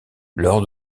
lors